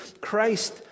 Christ